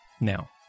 Now